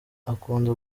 akunda